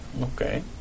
Okay